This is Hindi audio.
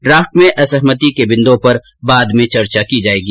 ड्राफ्ट में असहमति के बिन्दुओं पर बाद में चर्चा की जायेगी